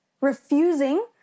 refusing